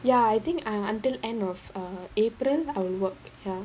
ya I think I'm until end of err april our work ya